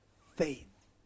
faith